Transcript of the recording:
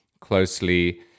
closely